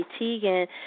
Teigen